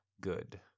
Good